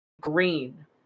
green